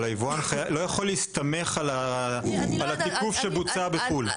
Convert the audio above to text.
אבל היבואן לא יכול להסתמך על התיקוף שבוצע בחו"ל.